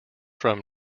from